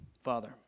Father